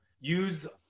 Use